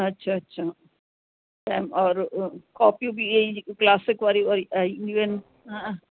अछा अछा कैम और कॉपियूं बि इहे ई जेकी क्लासिक वारियूं ईंदियूं आहिनि हा